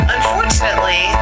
Unfortunately